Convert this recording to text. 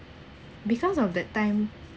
because of that time